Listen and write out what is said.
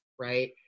right